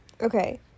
Okay